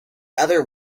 other